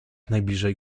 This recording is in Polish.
najbliżej